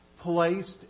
placed